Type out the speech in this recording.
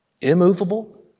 immovable